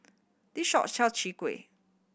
this shop sell Chai Kuih